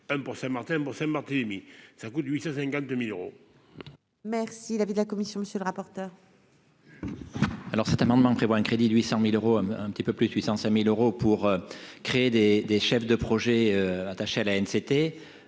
pour Saint-Martin pour Saint-Barthélemy ça coûte 852000 euros. Merci l'avis de la commission, monsieur le rapporteur. Alors cet amendement prévoit un crédit de 800000 euros, un petit peu plus 800 5000 euros pour créer des des chefs de projet, attaché à la